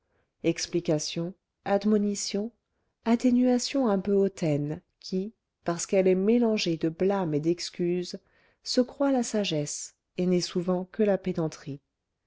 explication admonition atténuation un peu hautaine qui parce qu'elle est mélangée de blâme et d'excuse se croit la sagesse et n'est souvent que la pédanterie